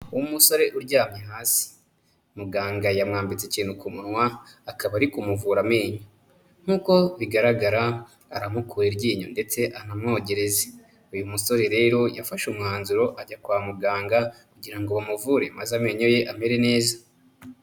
Umusore uryamye hasi. Muganga yamwambitse ikintu ku munwa akaba ari kumuvura amenyo. Nk'uko bigaragara aramukuye iryinyo ndetse anamwogereze. Uyu musore rero yafashe umwanzuro ajya kwa muganga kugira ngo bamuvure maze amenyo ye amere neza.